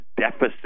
deficit